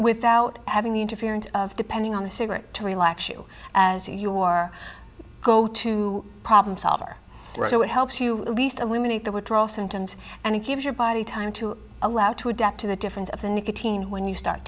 without having interference depending on the cigarette to relax you as you are go to problem solver so it helps you at least eliminate that would draw symptoms and it gives your body time to allow to adapt to the difference of the nicotine when you start